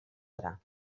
gra